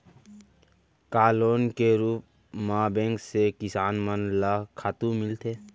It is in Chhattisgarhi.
का लोन के रूप मा बैंक से किसान मन ला खातू मिलथे?